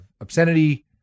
obscenity